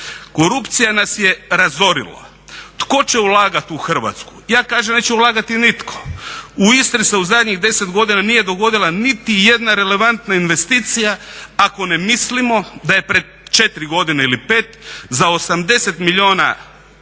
Korupcija nas je razorila. Tko će ulagati u Hrvatsku, ja kažem da neće ulagati nitko. U Istri se u zadnjih 10 godina nije dogodila niti jedna relevantna investicija ako ne mislimo da je pred 4 godine ili 5 za 80 milijuna eura